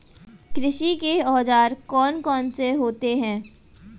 कृषि के औजार कौन कौन से होते हैं?